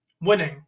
winning